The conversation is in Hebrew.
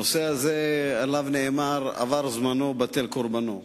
הנושא הזה, עליו נאמר: עבר זמנו בטל קורבנו,